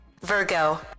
Virgo